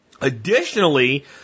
Additionally